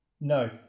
No